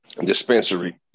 dispensary